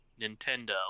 Nintendo